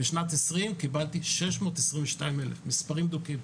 בשנת 2020 קיבלתי 622,000. מספרים בדוקים.